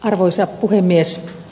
arvoisa puhemies